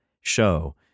show